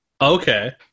Okay